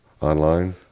online